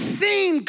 seen